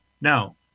Now